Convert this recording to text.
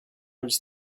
was